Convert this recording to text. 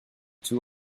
two